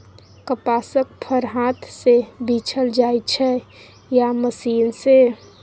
कपासक फर हाथ सँ बीछल जाइ छै या मशीन सँ